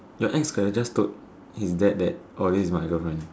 the ex could have just told that this is my girlfriend